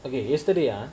okay yesterday ah